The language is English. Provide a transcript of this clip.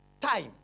time